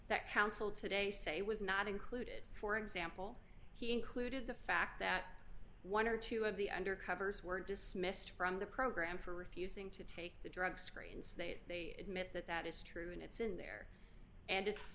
that counsel today say was not included for example he included the fact that one or two of the undercovers were dismissed from the program for refusing to take the drug screens that they admit that that is true and it's in there and it's